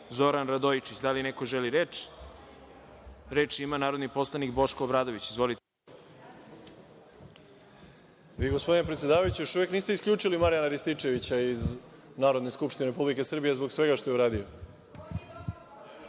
Zoran Radojčić. Da li neko želi reč? (Da.)Reč ima narodni poslanik Boško Obradović. Izvolite. **Boško Obradović** Vi gospodine predsedavajući još uvek niste isključili Marijana Rističevića iz Narodne skupštine Republike Srbije zbog svega što je uradio.